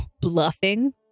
Bluffing